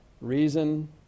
reason